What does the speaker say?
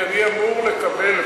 כי אני אמור לקבל,